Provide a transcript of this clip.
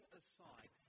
aside